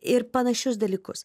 ir panašius dalykus